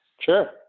Sure